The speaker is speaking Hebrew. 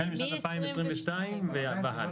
החל משנת 2022 והלאה.